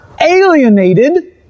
alienated